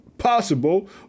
possible